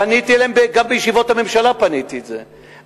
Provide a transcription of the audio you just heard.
פניתי אליהם.